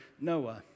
Noah